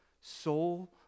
soul